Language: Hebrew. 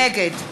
נגד